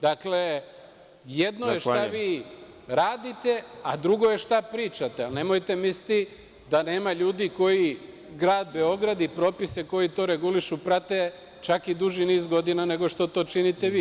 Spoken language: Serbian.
Dakle, jedno je šta vi radite, a drugo je šta pričate, ali nemojte misliti da nema ljudi koji grad Beograd i propise koji to regulišu prate čak i duži niz godina nego što to činite vi.